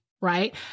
Right